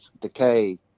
decay